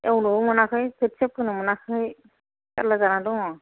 एवनोबो मोनाखै खोथिया फोनो मोनाखै जारला जानानै दङ